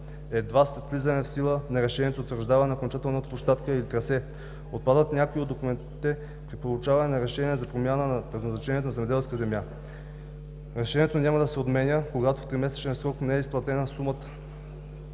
едва след влизането в сила на решението за утвърждаване на окончателна площадка или трасе. Отпадат някои от документите при получаване на решение за промяна на предназначението на земеделска земя. Решението няма да се отменя, когато в тримесечен срок не е заплатена таксата